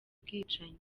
bwicanyi